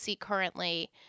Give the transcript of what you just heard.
currently